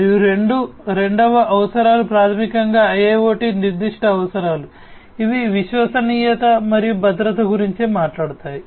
మరియు రెండవ అవసరాలు ప్రాథమికంగా IIoT నిర్దిష్ట అవసరాలు ఇవి విశ్వసనీయత మరియు భద్రత గురించి మాట్లాడతాయి